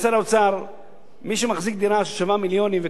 מי שמחזיק דירה ששווה מיליונים וקנה אותה בכמה מיליונים,